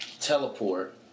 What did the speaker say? teleport